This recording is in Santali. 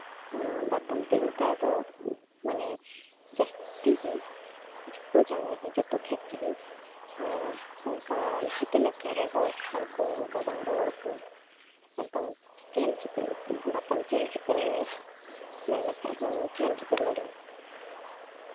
ᱚᱱᱟ ᱵᱟᱛᱟᱱ ᱛᱮ ᱱᱮᱛᱟᱨ ᱫᱚ ᱢᱟᱱᱮ ᱡᱟᱹᱥᱛᱤᱜᱮ ᱡᱚᱛᱚ ᱡᱟᱭᱜᱟ ᱨᱮ ᱡᱚᱛᱚ ᱠᱷᱮᱛ ᱨᱮᱜᱮ ᱚᱱᱠᱟ ᱞᱟᱦᱟᱛᱮ ᱞᱮᱠᱟ ᱨᱚᱦᱚᱲ ᱠᱷᱟᱲᱜᱚ ᱚᱱᱠᱟ ᱵᱟᱝ ᱨᱚᱦᱚᱲᱚᱜ ᱠᱟᱱᱟ ᱮᱠᱫᱚᱢ ᱪᱮᱦᱮᱞ ᱪᱮᱯᱮᱞ ᱵᱟᱛᱟᱱ ᱪᱮᱦᱮᱞ ᱪᱮᱯᱮᱞ ᱢᱮᱱ ᱞᱮᱠᱷᱟᱡ ᱦᱚᱸ ᱪᱮᱦᱮᱞ ᱪᱮᱯᱮᱞ ᱫᱟᱲᱮᱭᱟᱜᱼᱟ